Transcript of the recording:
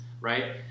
right